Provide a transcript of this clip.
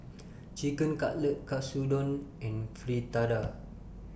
Chicken Cutlet Katsudon and Fritada